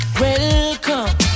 welcome